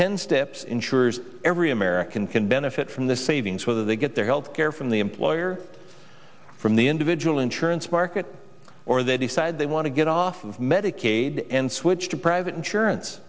ten steps ensures every american can benefit from the savings whether they get their health care from the employer from the individual insurance market or they decide they want to get off of medicaid and switch to private insurance